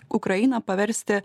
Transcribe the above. ukrainą paversti